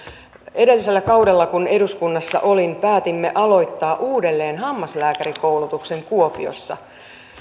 edellisellä kaudella kun eduskunnassa olin päätimme aloittaa uudelleen hammaslääkärikoulutuksen kuopiossa